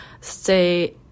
stay